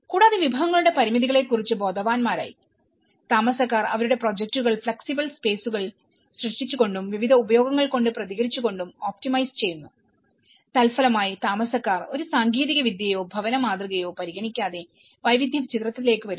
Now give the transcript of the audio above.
കൂടാതെ വിഭവങ്ങളുടെ പരിമിതികളെക്കുറിച്ച് ബോധവാന്മാരായി താമസക്കാർ അവരുടെ പ്രോജക്റ്റുകൾ ഫ്ലെക്സിബിൾ സ്പേസുകൾ സൃഷ്ടിച്ചു കൊണ്ടും വിവിധ ഉപയോഗങ്ങൾ കൊണ്ട് പ്രതികരിച്ചു കൊണ്ടും ഒപ്റ്റിമൈസ് ചെയ്യുന്നുതൽഫലമായി താമസക്കാർ ഒരു സാങ്കേതികവിദ്യയോ ഭവന മാതൃകയോ പരിഗണിക്കാതെ വൈവിധ്യം ചിത്രത്തിലേക്ക് വരുന്നു